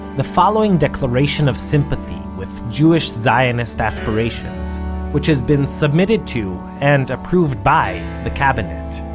the following declaration of sympathy with jewish zionist aspirations which has been submitted to, and approved by, the cabinet.